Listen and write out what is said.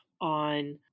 on